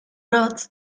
rods